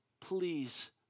please